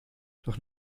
doch